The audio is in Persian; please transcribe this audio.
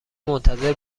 منتظر